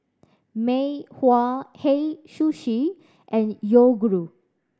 Mei Hua Hei Sushi and Yoguru